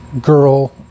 girl